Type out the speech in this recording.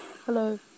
Hello